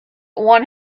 one